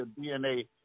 DNA